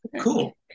cool